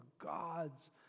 God's